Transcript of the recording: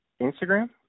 Instagram